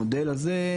המודל הזה,